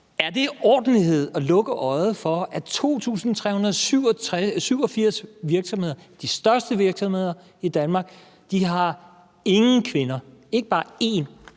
Er det ordentlighed at lukke øjnene for, at 2.387 virksomheder – de største virksomheder i Danmark – ingen kvinder har i